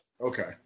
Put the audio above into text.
Okay